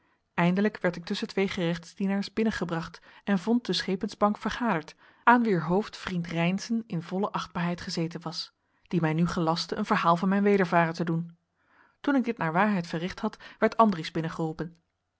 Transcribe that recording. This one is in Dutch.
eindelijk werd ik tusschen twee gerechtsdienaars binnengebracht en vond de schepensbank vergaderd aan wier hoofd vriend heynszen in volle achtbaarheid gezeten was die mij nu gelastte een verhaal van mijn wedervaren te doen toen ik dit naar waarheid verricht had werd andries